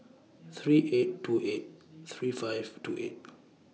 three eight two eight three five two eight